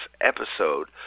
episode